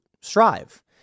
strive